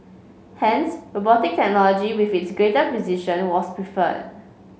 hence robotic technology with its greater precision was preferred